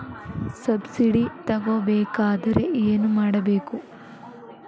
Subsidy ತಗೊಬೇಕಾದರೆ ಏನು ಮಾಡಬೇಕು?